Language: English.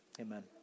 amen